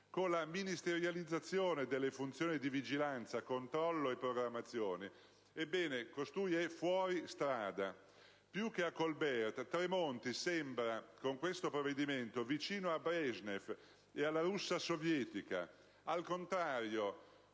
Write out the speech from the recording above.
con la ministerializzazione delle funzioni di vigilanza, controllo e programmazione, ebbene costui è fuori strada. Più che a Colbert, Tremonti con questo provvedimento sembra vicino a Breznev e alla Russia sovietica. Al contrario,